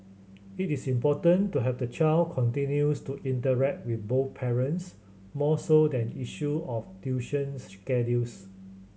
it is important to have the child continues to interact with both parents more so than issue of tuition schedules